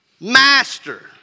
Master